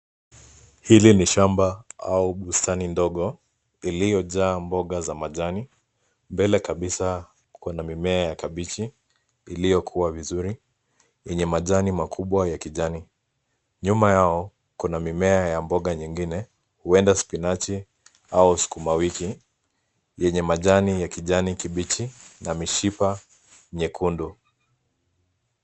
Hili ni shamba au bustani ndogo iliyojaa mboga za majani. Mbele kabisa kuna mimea ya kabichi iliyokua vizuri yenye majani makubwa ya kijani. Nyuma yao kuna mimea ya mboga nyingine huenda spinachi au sukuma wiki yenye majani ya kijani kibichi na mishipa nyekundu.